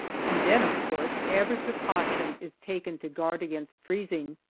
and then, of course, every precaution is taken to guard against freezing.